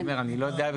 אני לא יודע,